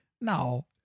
no